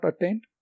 attained